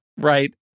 right